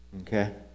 Okay